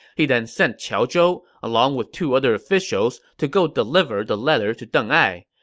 he then sent qiao zhou, along with two other officials, to go deliver the letter to deng ai.